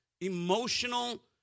emotional